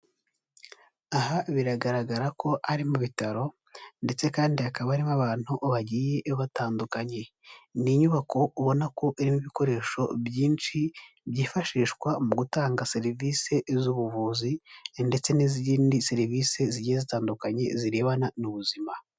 Aha biragaragara ko ari mu bitaro ndetse kandi hakaba harimo abantu bagiye batandukanye, ni inyubako ubona ko irimo ibikoresho byinshi byifashishwa mu gutanga serivisi z'ubuvuzi ndetse n'izindi serivisi zigiye zitandukanye zirebana n'ubuzima.